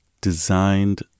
designed